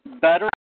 better